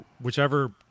whichever